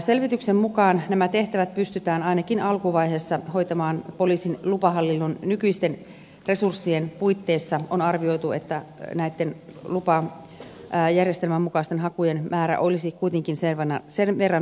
selvityksen mukaan nämä tehtävät pystytään ainakin alkuvaiheessa hoitamaan poliisin lupahallinnon nykyisten resurssien puitteissa sillä on arvioitu että näitten lupajärjestelmän mukaisten hakujen määrä olisi kuitenkin sen verran vähäinen